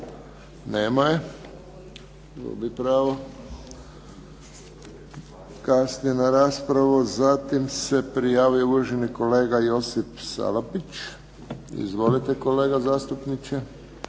Nema je. Gubi pravo. Kasni na raspravu. Zatim se prijavio uvaženi kolega Josip Salapić. Izvolite kolega zastupniče.